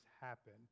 happen